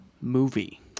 movie